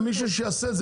מישהו שיעשה את זה,